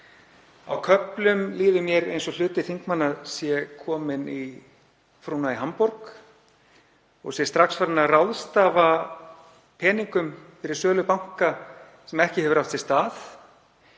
Á köflum líður mér eins og hluti þingmanna sé kominn í frúna í Hamborg og sé strax farinn að ráðstafa peningum fyrir sölu banka sem ekki hefur átt sér